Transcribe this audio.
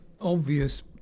obvious